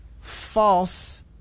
False